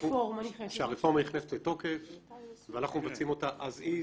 שהרפורמה נכנסת לתוקף ואנחנו מציעים אותה as is,